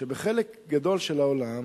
שבחלק גדול של העולם